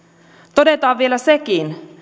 todetaan vielä sekin